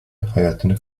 hayatını